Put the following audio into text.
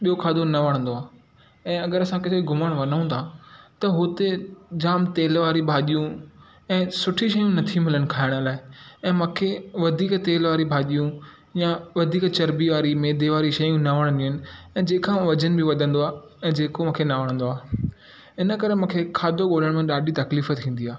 ऐं ॿियो खाधो न वणंदो आहे ऐं अगरि असां किथे घुमण वञू था त हुते जाम तेल वारी भाॼियूं ऐं सुठी शयूं नथी मिलनि खाइण लाइ ऐं मूंखे वधीक तेल वारी भाॼियूं या वधीक चरबी वारी मैदे वारी शयूं न वणंदियूं आहिनि ऐं जंहिंखां वज़न बि वधंदो आहे ऐं जेको मूंखे न वणंदो आहे इन करे मूंखे खाधो घुरनि में ॾाढी तकलीफ़ थींदी आहे